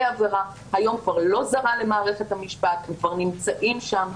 עבירה היום כבר לא זרה למערכת המשפט וכבר נמצאים שם.